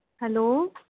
hello